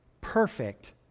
Perfect